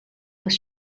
was